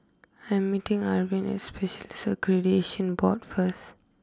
I'm meeting Arvin at Specialists Accreditation Board first